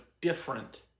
different